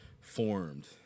formed